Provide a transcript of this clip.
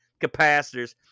capacitors